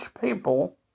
people